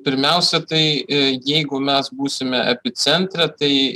pirmiausia tai jeigu mes būsime epicentre tai